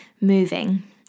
moving